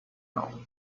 know